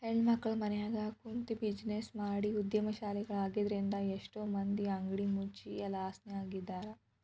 ಹೆಣ್ಮಕ್ಳು ಮನ್ಯಗ ಕುಂತ್ಬಿಜಿನೆಸ್ ಮಾಡಿ ಉದ್ಯಮಶೇಲ್ರಾಗಿದ್ರಿಂದಾ ಎಷ್ಟೋ ಮಂದಿ ಅಂಗಡಿ ಮುಚ್ಚಿ ಲಾಸ್ನ್ಯಗಿದ್ದಾರ